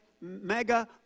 mega